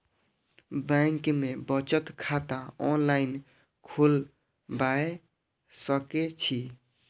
Bank में बचत खाता ऑनलाईन खोलबाए सके छी?